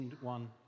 one